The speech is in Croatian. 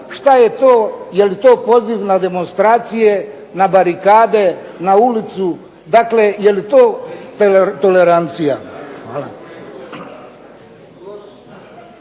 Šta je to, je li to poziv na demonstracije, na barikadu, na ulicu, dakle je li to tolerancija? Hvala.